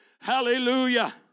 Hallelujah